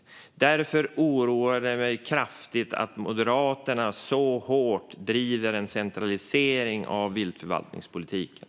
Därför oroar det mig kraftigt att Moderaterna så hårt driver en centralisering av viltförvaltningspolitiken.